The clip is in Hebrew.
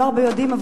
לא הרבה יודעים,